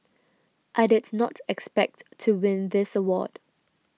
I did not expect to win this award